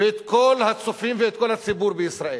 ואת כל הצופים ואת כל הציבור בישראל: